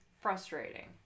frustrating